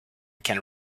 can